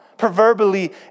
proverbially